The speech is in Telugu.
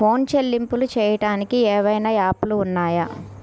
ఫోన్ చెల్లింపులు చెయ్యటానికి ఏవైనా యాప్లు ఉన్నాయా?